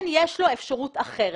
כן יש לו אפשרות אחרת.